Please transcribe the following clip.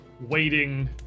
waiting